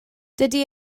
dydy